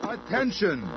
Attention